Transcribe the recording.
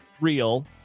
real